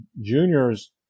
juniors